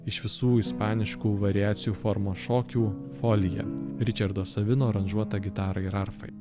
iš visų ispaniškų variacijų formos šokių folija ričardo savino aranžuota gitarai ir arfai